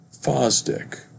Fosdick